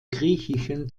griechischen